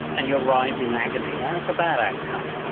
and you're writhing in agony, and that's a bad outcome.